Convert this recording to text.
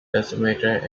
decimated